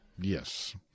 Yes